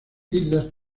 islas